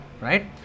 right